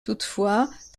toutefois